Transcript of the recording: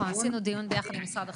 נכון, עשינו דיון ביחד עם משרד החינוך.